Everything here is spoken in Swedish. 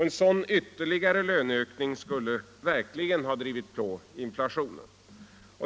En sådan ytterligare löneökning skulle verkligen ha drivit på inflationen.